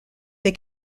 they